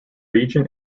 region